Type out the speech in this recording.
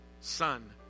son